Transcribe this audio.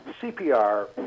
CPR